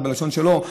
כל אחד בלשון שלו,